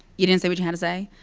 you didn't say what you had to say.